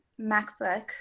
MacBook